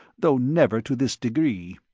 though never to this degree.